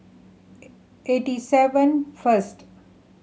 eighty seven first